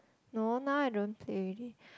no now I don't play already